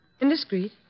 Indiscreet